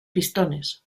pistones